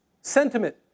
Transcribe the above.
sentiment